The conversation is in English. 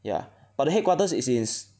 ya but the headquarters is is